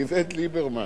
מאיווט ליברמן.